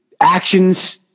actions